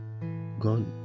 gone